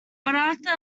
after